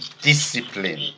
Discipline